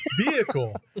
vehicle